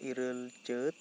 ᱤᱨᱟᱹᱞ ᱪᱟᱹᱛ